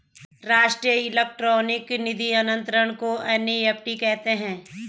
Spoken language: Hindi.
राष्ट्रीय इलेक्ट्रॉनिक निधि अनंतरण को एन.ई.एफ.टी कहते हैं